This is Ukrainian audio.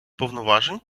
повноважень